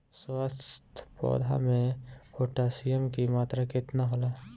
स्वस्थ पौधा मे पोटासियम कि मात्रा कितना होला?